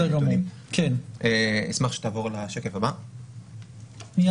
השקף הבא זה